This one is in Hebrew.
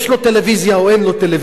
יש לו טלוויזיה או אין לו טלוויזיה.